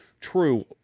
True